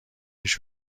ریش